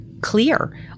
clear